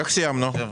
איך סיימנו?